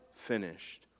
finished